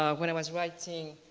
ah when i was writing